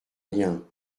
rien